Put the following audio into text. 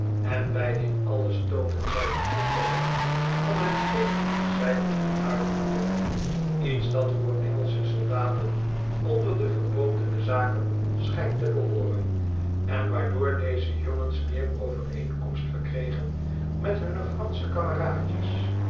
en bij dit alles toonden zij begrip te hebben van hetgeen zij moesten uitvoeren iets dat voor engelsche soldaten onder de verbodene zakon schijnt te bchooren en waardoor deze jongens meer overeenkomst verkregen met hunne fransche kameraadjes